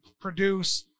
produce